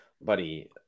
buddy